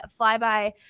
Flyby